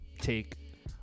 take